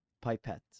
pipette